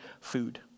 food